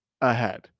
ahead